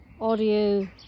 audio